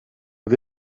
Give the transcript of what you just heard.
het